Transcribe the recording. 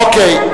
אוקיי.